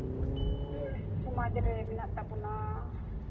ᱥᱚᱢᱟᱡᱽ ᱨᱮ ᱢᱮᱱᱟᱜ ᱛᱟᱵᱚᱱᱟ